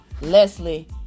Leslie